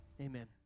Amen